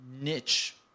niche